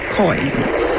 coins